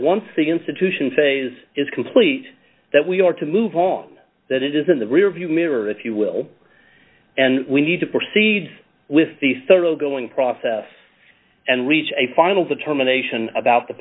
once the institution phase is complete that we are to move on that is in the rear view mirror if you will and we need to proceed with the thorough going process and reach a final determination about the